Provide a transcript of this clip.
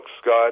Scott